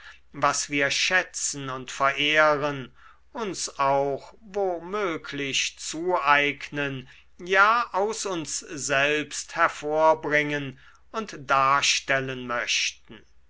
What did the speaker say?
was wir schätzen und verehren uns auch wo möglich zueignen ja aus uns selbst hervorbringen und darstellen möchten